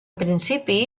principi